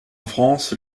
france